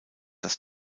dass